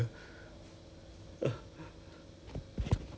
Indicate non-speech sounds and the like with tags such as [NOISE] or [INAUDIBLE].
[LAUGHS]